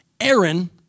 Aaron